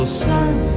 sun